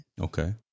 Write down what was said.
Okay